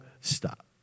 stop